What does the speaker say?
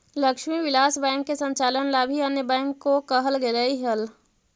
Lakshmi Vilas bank के संचालन ला भी अन्य बैंक को कहल गेलइ हल